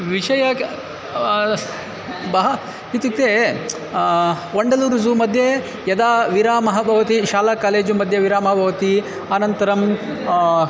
विषयः बहु इत्युक्ते वण्डलूरु ज़ू मध्ये यदा विरामः भवति शाला कालेजु मध्ये विरामः भवति अनन्तरं